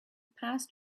passed